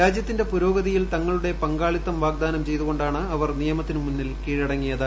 രാജ്യത്തിന്റെ പുരോഗതിയിൽ തങ്ങളുടെ പങ്കാളിത്തം വാഗ്ദാനം ചെയ്തുകൊണ്ടാണ് അവർ നിയമത്തിന് മുമ്പിൽ കീഴടങ്ങിയത്